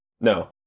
No